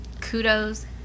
kudos